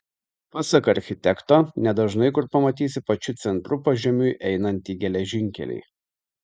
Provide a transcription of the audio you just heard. pasak architekto nedažnai kur pamatysi pačiu centru pažemiui einantį geležinkelį